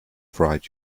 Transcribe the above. fright